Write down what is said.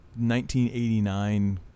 1989